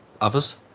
others